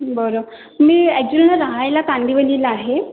बरं मी ॲक्चुअली ना राहायला कांदिवलीला आहे